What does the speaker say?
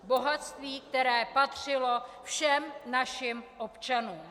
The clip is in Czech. Bohatství, které patřilo všem našim občanům.